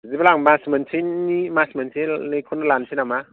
बिदिब्ला आं मास मोनसेनि मास मोनसेनिखौनो लानसै नामा